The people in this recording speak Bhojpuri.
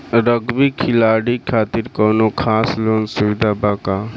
रग्बी खिलाड़ी खातिर कौनो खास लोन सुविधा बा का?